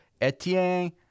Etienne